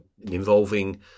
involving